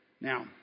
Now